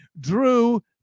Drew